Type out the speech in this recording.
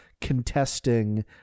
contesting